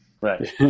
Right